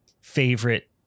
favorite